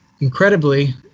Incredibly